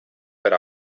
per